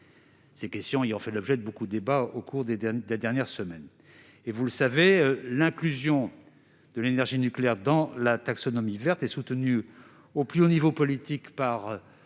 Ces questions ont fait l'objet de nombreux débats au cours des dernières semaines. Vous le savez, l'inclusion de l'énergie nucléaire dans la taxonomie verte est soutenue au plus haut niveau politique par